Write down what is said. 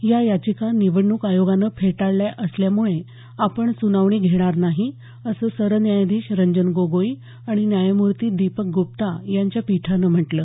या याचिका निवडणूक आयोगानं फेटाळल्या असल्यामुळे आपण सुनावणी घेणार नाही असं सरन्यायाधीश रंजन गोगोई आणि न्यायमूर्ती दीपक गुप्ता यांच्या पीठानं म्हटलं